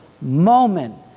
moment